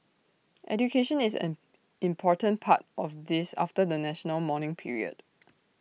education is an important part of this after the national mourning period